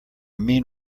mean